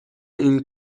این